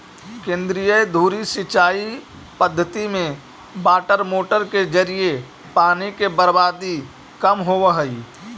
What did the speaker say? केंद्रीय धुरी सिंचाई पद्धति में वाटरमोटर के जरिए पानी के बर्बादी कम होवऽ हइ